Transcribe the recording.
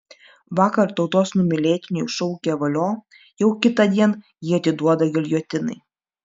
vakar tautos numylėtiniui šaukę valio jau kitądien jį atiduoda giljotinai